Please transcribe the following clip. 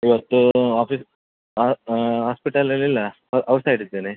ಇವತ್ತು ಆಫೀಸ್ ಹಾಸ್ಪಿಟಲಲ್ಲಿ ಇಲ್ಲ ಔ ಔಟ್ಸೈಡ್ ಇದ್ದೇನೆ